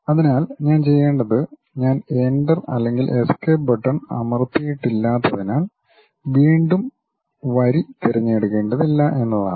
അതിനാൽ ഞാൻ ചെയ്യേണ്ടത് ഞാൻ എന്റർ അല്ലെങ്കിൽ എസ്കേപ്പ് ബട്ടൺ അമർത്തിയിട്ടില്ലാത്തതിനാൽ വീണ്ടും വരി തിരഞ്ഞെടുക്കേണ്ടതില്ല എന്നതാണ്